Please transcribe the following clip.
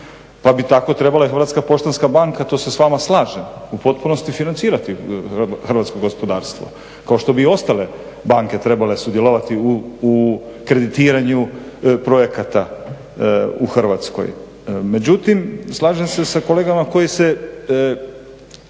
Pa bi tako trebala i HPB, tu se s vama slažem u potpunosti financirati hrvatsko gospodarstvo kao što bi i ostale banke trebale sudjelovati u kreditiranju projekta u Hrvatskoj. Međutim slažem se s kolegama koji